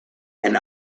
and